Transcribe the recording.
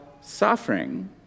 suffering